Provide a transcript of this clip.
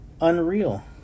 unreal